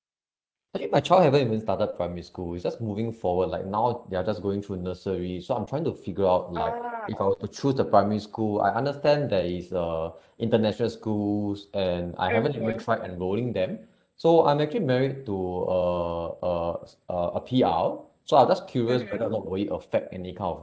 okay my child haven't even started primary school it's just moving forward like now they're just going through nursery so I'm trying to figure out lah if I were to choose the primary school I understand there is a international schools and I haven't even tried enrolling them so I'm actually married to a a a a P_R so I'm just curious whether or not will it affect any kind of